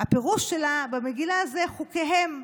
הפירוש שלה במגילה הוא "חוקיהם",